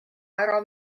ära